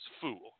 fool